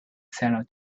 seller